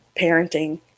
parenting